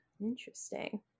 Interesting